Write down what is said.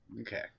Okay